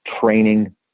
training